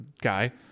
guy